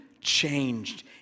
changed